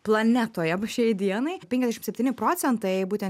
planetoje v šiai dienai penkiasdešimt septyni procentai būtent